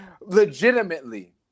Legitimately